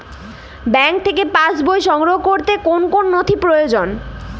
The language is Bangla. ব্যাঙ্ক থেকে পাস বই সংগ্রহ করতে কোন কোন নথি প্রয়োজন?